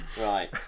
right